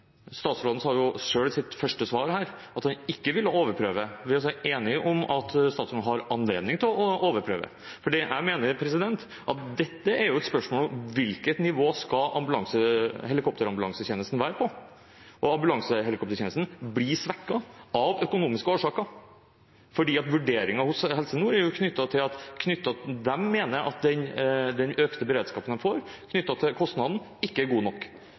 Statsråden sa selv i sitt første svar at han ikke ville overprøve. Vi er altså enige om at statsråden har anledning til å overprøve. Jeg mener at dette er et spørsmål om hvilket nivå ambulansehelikoptertjenesten skal være på. Ambulansehelikoptertjenesten blir svekket av økonomiske årsaker, fordi vurderingen hos Helse Nord er knyttet til at de mener den økte beredskapen de får knyttet til kostnaden, ikke er god nok.